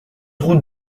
route